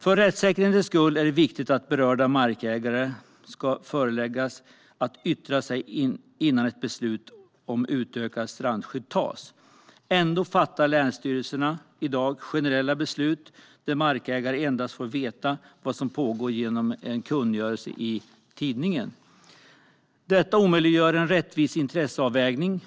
För rättssäkerhetens skull är det viktigt att berörda markägare ska föreläggas att yttra sig innan ett beslut om utökat strandskydd fattas. Ändå fattar länsstyrelserna i dag generella beslut där markägare endast får veta vad som pågår genom en kungörelse i tidningen. Detta omöjliggör en rättvis intresseavvägning.